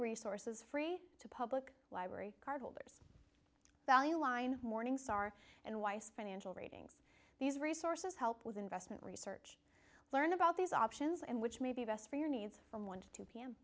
resources free to public library card holders value line morningstar and weiss financial ratings these resources help with investment research learn about these options and which may be best for your needs from one to two p